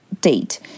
date